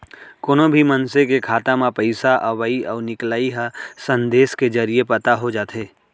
कोनो भी मनसे के खाता म पइसा अवइ अउ निकलई ह संदेस के जरिये पता हो जाथे